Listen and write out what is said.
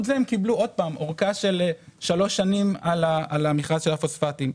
זה קיבלו אורכה של שלוש שנים על המכרז של הפוספטים.